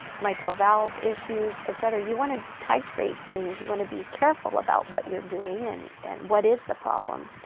mitral valve issues, et cetera, you want to titrate things. you want to be careful about what you're doing, and and what is the problem,